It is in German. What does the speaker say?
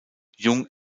jung